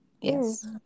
Yes